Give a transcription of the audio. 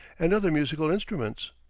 and other musical instruments.